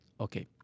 Okay